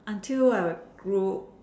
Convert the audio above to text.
until I grew